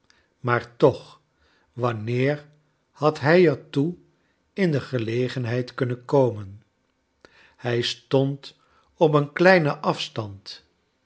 maar toch wanneer had hij er toe in de gelegenheid kunnen komen hij stond op een kleinen afstand